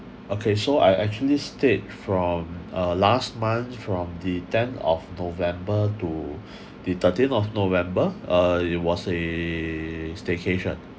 okay so I actually stayed from uh last month from the tenth of november to the thirteenth of november uh it was a staycation